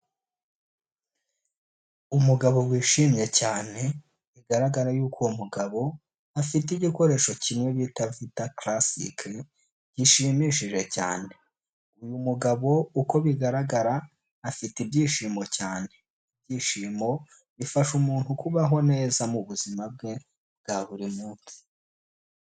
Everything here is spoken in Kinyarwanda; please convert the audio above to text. Umugabo wishimye cyane bigaragara yuko uwo mugabo afite igikoresho kimwe bita vita classic gishimishije cyane, uyu mugabo uko bigaragara afite ibyishimo cyane, ibyishimo bifasha umuntu kubaho neza mu buzima bwe bwa buri munsi.